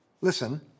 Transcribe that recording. Listen